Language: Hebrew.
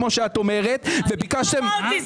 כמו שאת אומרת ו --- אני לא אמרתי,